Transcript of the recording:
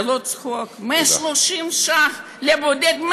זה לא צחוק: 130 שקל לבודד.